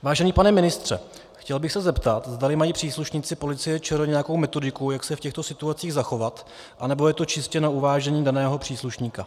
Vážený pane ministře, chtěl bych se zeptat, zdali mají příslušníci Policie ČR nějakou metodiku, jak se v těchto situacích zachovat, anebo je to čistě na uvážení daného příslušníka.